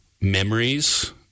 memories